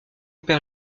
père